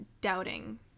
doubting